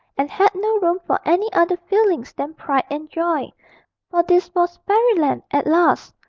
and had no room for any other feelings than pride and joy. for this was fairyland at last,